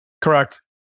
Correct